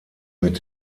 mit